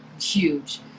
huge